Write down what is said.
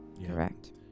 Correct